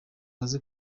baze